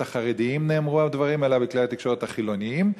החרדיים נאמרו הדברים אלא בכלי-התקשורת החילוניים.